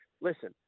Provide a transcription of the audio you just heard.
Listen